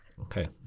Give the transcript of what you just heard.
Okay